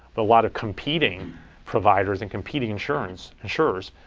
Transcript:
a lot of competing providers and competing insurance insurers,